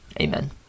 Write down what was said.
Amen